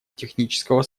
технического